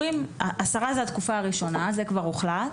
עשרה זה התקופה הראשונה, זה כבר הוחלט.